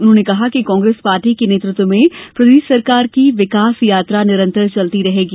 उन्होंने कहा कि कांग्रेस पार्टी के नेतृत्व में प्रदेश सरकार की विकास यात्रा निरंतर चलती रहेगी